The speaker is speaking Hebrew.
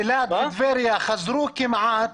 אילת וטבריה כמעט